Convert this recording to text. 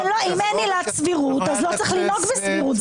אם אין עילת סבירות, אז לא צריך לנהוג בסבירות.